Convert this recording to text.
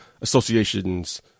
associations